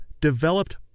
developed